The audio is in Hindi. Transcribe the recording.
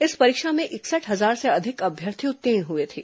इस परीक्षा में इकसठ हजार से अधिक अभ्यर्थी उत्तीण हुए थे